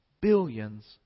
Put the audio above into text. billions